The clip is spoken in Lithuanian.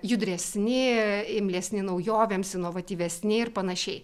judresni imlesni naujovėms inovatyvesni ir panašiai